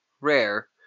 rare